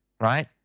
right